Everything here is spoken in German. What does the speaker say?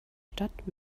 stadt